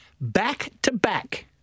back-to-back